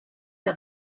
der